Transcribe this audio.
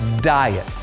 diet